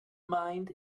mind